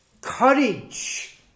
courage